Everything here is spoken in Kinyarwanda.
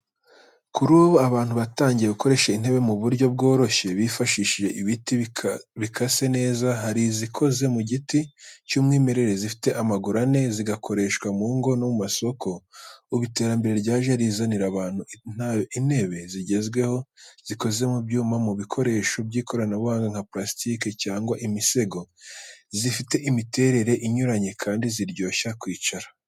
Kuri ubu, abantu batangiye gukora intebe mu buryo bworoshye, bifashishije ibiti bikase neza. Hari izikoze mu giti cy’umwimerere zifite amaguru ane, zigakoreshwa mu ngo no mu masoko. Ubu iterambere ryaje rizanira abantu intebe zigezweho, zikoze mu byuma, mu bikoresho by’ikoranabuhanga nka parasitike cyangwa imisego, zifite imiterere inyuranye kandi ziryoshya kwicara.